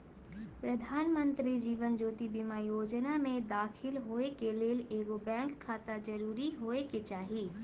प्रधानमंत्री जीवन ज्योति बीमा जोजना में दाखिल होय के लेल एगो बैंक खाता जरूरी होय के चाही